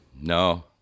no